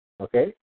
okay